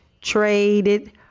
traded